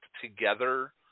together